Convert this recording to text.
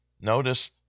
Notice